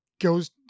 goes